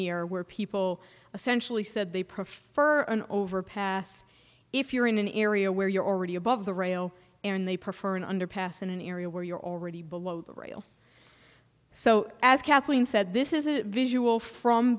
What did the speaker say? near where people essential he said they prefer an overpass if you're in an area where you're already above the rail and they prefer an underpass in an area where you're already below the rail so as kathleen said this is a visual from